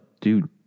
dude